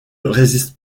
résiste